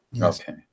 Okay